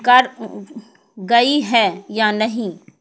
کر گئی ہے یا نہیں